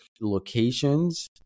locations